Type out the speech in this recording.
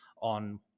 on